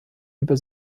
über